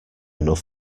enough